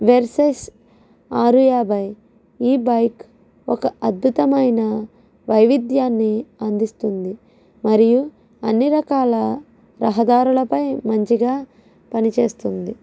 versus ఆరు యాభై ఈ బైక్ ఒక అద్భుతమైన వైవిధ్యాన్ని అందిస్తుంది మరియు అన్ని రకాల రహదారులపై మంచిగా పనిచేస్తుంది